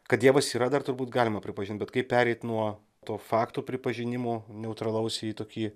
kad dievas yra dar turbūt galima pripažint bet kaip pereit nuo to fakto pripažinimo neutralaus į tokį